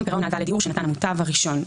פירעון הלוואה לדיור שנותן המוטב הראשון,